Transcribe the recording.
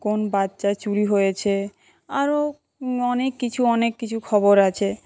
কোন বাচ্চা চুরি হয়েছে আরও অনেক কিছু অনেক কিছু খবর আছে